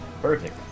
Perfect